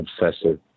obsessive